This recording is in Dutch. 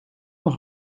nog